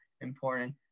important